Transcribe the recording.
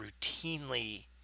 routinely